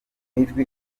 ijwi